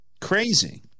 Crazy